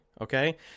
okay